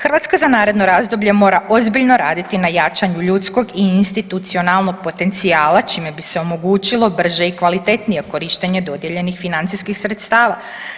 Hrvatska za naredno razdoblje mora ozbiljno raditi na jačanju ljudskog i institucionalnog potencijala, čime bi se omogućilo brže i kvalitetnije korištenje dodijeljenih financijskih sredstava.